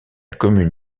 commune